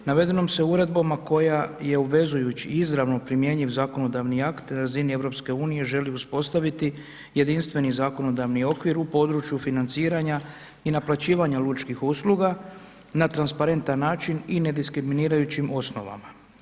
Navedenom se uredbama, koja je obvezujući i izravno primjenjiv zakonodavni akt, na razini EU, želi uspostaviti jedinstveni zakonodavni okvir u području financiranja i naplaćivanja lučkih usluga na transparentan način i ne diskriminirajućim osnovama.